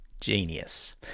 Genius